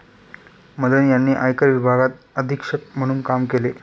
मदन यांनी आयकर विभागात अधीक्षक म्हणून काम केले